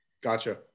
Gotcha